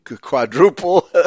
quadruple